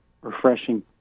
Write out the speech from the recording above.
refreshing